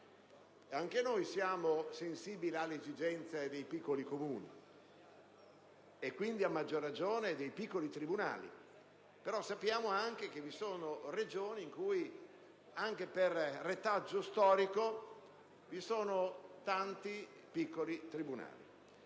Anche noi siamo sensibili alle esigenze dei piccoli Comuni, e quindi, a maggior ragione dei piccoli tribunali; però, sappiamo anche che vi sono Regioni in cui, anche per retaggio storico, vi sono tanti piccoli tribunali.